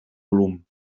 volum